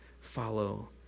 follow